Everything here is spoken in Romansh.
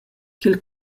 ch’il